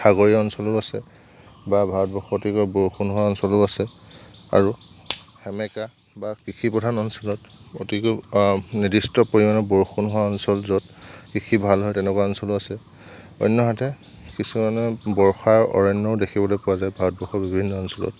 সাগৰীয় অঞ্চলো আছে বা ভাৰতবৰ্ষৰ অতিকৈ বৰষুণ হোৱা অঞ্চলো আছে আৰু সেমেকা বা কৃষি প্ৰধান অঞ্চলত অতিকৈ নিৰ্দিষ্ট পৰিমাণৰ বৰষুণ হোৱা অঞ্চল য'ত কৃষি ভাল হয় তেনেকুৱা অঞ্চলো আছে অন্যহাতে কিছুমানৰ বৰ্ষাৰ অৰণ্যও দেখিবলৈ পোৱা যায় ভাৰতবৰ্ষৰ বিভিন্ন অঞ্চলত